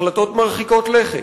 החלטות מרחיקות לכת.